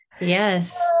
Yes